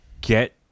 get